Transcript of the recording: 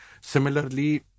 Similarly